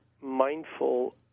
mindful